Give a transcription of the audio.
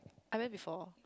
I went before